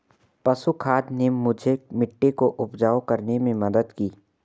पशु खाद ने मुझे मिट्टी को उपजाऊ रखने में मदद की